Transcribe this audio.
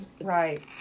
right